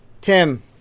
Tim